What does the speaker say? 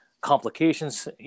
complications